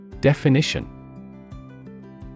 Definition